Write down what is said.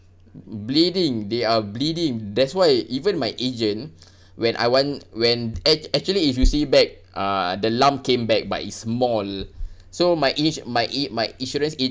bleeding they are bleeding that's why even my agent when I want when ac~ actually if you see back uh the lump came back but it's small so my age~ my a~ my insurance